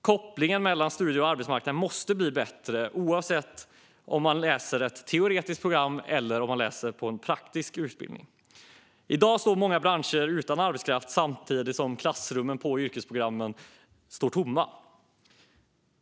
Kopplingen mellan studier och arbetsmarknad måste bli bättre, oavsett om man läser ett teoretiskt program eller en praktisk utbildning. I dag står många branscher utan arbetskraft samtidigt som klassrummen på yrkesprogrammen står tomma.